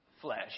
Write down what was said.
flesh